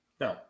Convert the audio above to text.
no